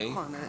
כן, נכון.